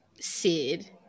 Sid